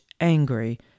angry